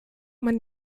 man